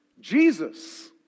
Jesus